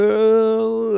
Girl